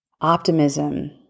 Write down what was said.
optimism